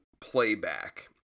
Playback